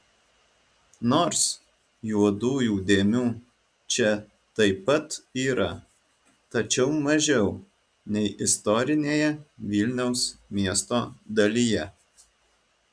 nors juodųjų dėmių čia taip pat yra tačiau mažiau nei istorinėje vilniaus miesto dalyje